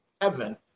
heaven